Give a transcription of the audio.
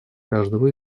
каждого